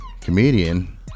Comedian